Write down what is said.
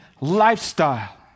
lifestyle